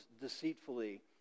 deceitfully